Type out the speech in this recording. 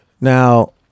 Now